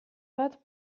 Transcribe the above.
bat